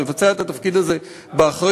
מבצע את התפקיד הזה באחריות,